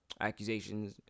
accusations